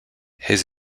his